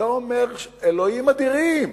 ואתה אומר: אלוהים אדירים,